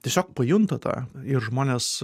tiesiog pajunta tą ir žmonės